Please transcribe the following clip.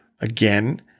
again